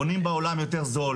בונים בעולם יותר זול,